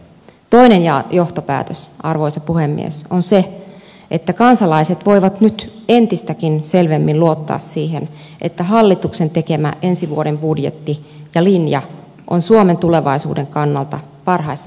toinen johtopäätös arvoisa puhemies on se että kansalaiset voivat nyt entistäkin selvemmin luottaa siihen että hallituksen tekemä ensi vuoden budjetti ja linja on suomen tulevaisuuden kannalta parhaissa mahdollisissa käsissä